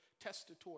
testator